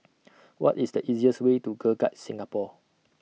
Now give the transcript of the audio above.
What IS The easiest Way to Girl Guides Singapore